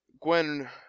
Gwen